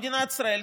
במדינת ישראל,